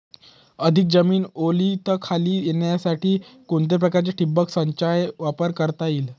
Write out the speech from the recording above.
अधिक जमीन ओलिताखाली येण्यासाठी कोणत्या प्रकारच्या ठिबक संचाचा वापर करता येईल?